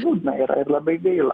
liūdna yra ir labai gaila